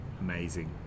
amazing